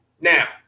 Now